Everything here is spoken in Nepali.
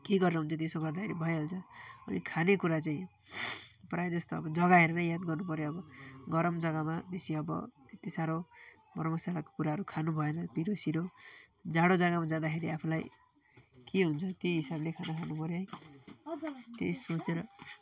के गरेर हुन्छ त्यसो गर्दाखेरि भइहाल्छ अनि खानेकुरा चाहिँ प्रायः जस्तो अब जग्गा हेरेर याद गर्नुपर्यो अब गरम जग्गामा बेसी अब त्यति साह्रो मरमसलाको कुराहरू खानु भएन पिरो सिरो जाडो जग्गामा जाँदाखेरि आफूलाई के हुन्छ त्यै हिसाबले खाना खानु पर्यो है त्यही सोचेर